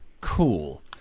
cool